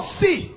see